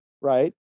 right